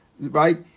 Right